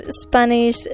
Spanish